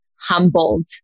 humbled